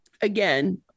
again